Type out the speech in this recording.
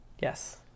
Yes